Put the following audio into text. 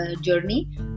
journey